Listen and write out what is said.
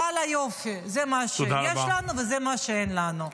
ואללה יופי, זה מה שיש לנו וזה מה שאין לנו.